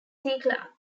clark